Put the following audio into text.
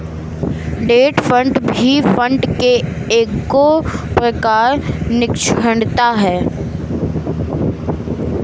debt fund भी fund के एगो प्रकार निश्चित